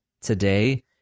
today